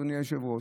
אדוני היושב-ראש.